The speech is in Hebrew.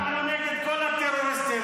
אז אנחנו נגד כל הטרוריסטים,